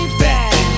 back